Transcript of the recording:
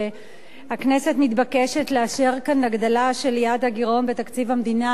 הכנסת מתבקשת לאשר כאן הגדלה של יעד הגירעון בתקציב המדינה